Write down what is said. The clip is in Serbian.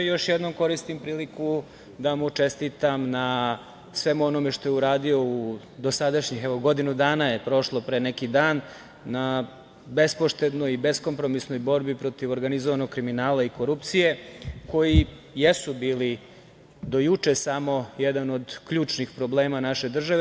Još jednom koristim priliku da mu čestitam na svemu onome što je uradio u dosadašnjih, evo godinu dana je prošlo pre neki dan, na bespoštednoj i beskompromisnoj borbi protiv organizovanog kriminala i korupcije koji jesu bili do juče samo jedan od ključnih problema naše države.